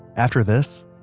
after this,